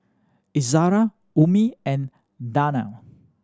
Izara Ummi and Danial